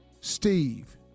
Steve